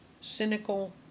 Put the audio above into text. cynical